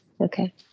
Okay